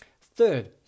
Third